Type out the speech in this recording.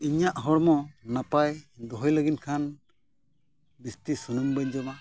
ᱤᱧᱟᱹᱜ ᱦᱚᱲᱢᱚ ᱱᱟᱯᱟᱭ ᱫᱚᱦᱚᱭ ᱞᱟᱹᱜᱤᱫ ᱠᱷᱟᱱ ᱡᱟᱹᱥᱛᱤ ᱥᱩᱱᱩᱢ ᱵᱟᱹᱧ ᱡᱚᱢᱟ